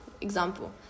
example